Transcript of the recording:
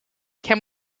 can